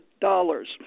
dollars